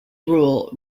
rule